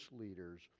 leaders